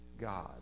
God